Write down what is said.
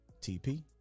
TP